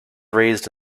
raised